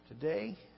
today